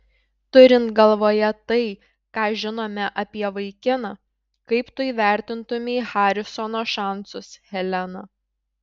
turint galvoje tai ką žinome apie vaikiną kaip tu įvertintumei harisono šansus helena